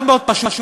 מאוד מאוד פשוט.